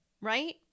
right